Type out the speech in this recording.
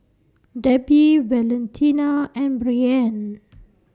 Debi Valentina and Breann